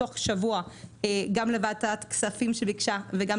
נציג תוך שבוע גם לוועדת הכספים שביקשה וגם